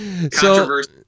Controversy